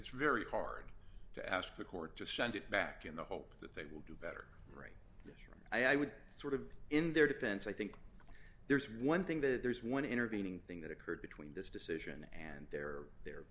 it's very hard to ask the court to send it back in the hope that they will do better right that i wouldn't sort of in their defense i think there's one thing that there's one intervening thing that occurred between this decision and their the